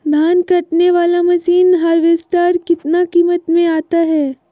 धान कटने बाला मसीन हार्बेस्टार कितना किमत में आता है?